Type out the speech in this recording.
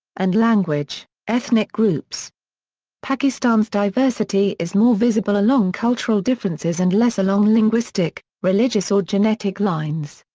and language ethnic groups pakistan's diversity is more visible along cultural differences and less along linguistic, religious or genetic lines.